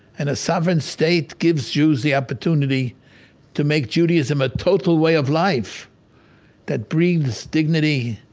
and a sovereign state gives you the opportunity to make judaism a total way of life that brings dignity